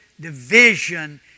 division